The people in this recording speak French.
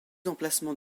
emplacements